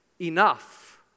enough